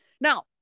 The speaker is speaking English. Now